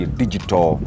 digital